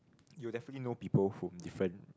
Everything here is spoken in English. you'll definitely know people whom different